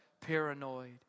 paranoid